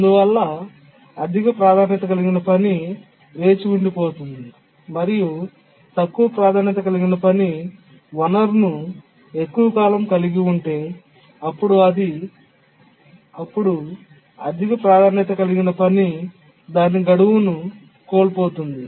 అందువల్ల అధిక ప్రాధాన్యత కలిగిన పని వేచి ఉండిపోతుంది మరియు తక్కువ ప్రాధాన్యత కలిగిన పని వనరును ఎక్కువ కాలం కలిగి ఉంటే అప్పుడు అధిక ప్రాధాన్యత కలిగిన పని దాని గడువును కోల్పోతుంది